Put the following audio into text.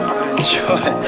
enjoy